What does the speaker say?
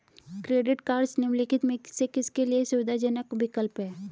Credit cards निम्नलिखित में से किसके लिए सुविधाजनक विकल्प हैं?